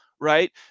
right